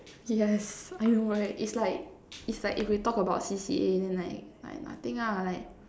yes I know right it's like it's like if we talk about C_C_A then like like nothing lah like